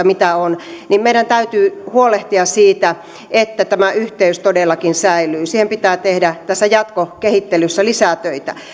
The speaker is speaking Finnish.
mitä on meidän täytyy huolehtia siitä että tämä yhteys todellakin säilyy siinä pitää tehdä tässä jatkokehittelyssä lisää töitä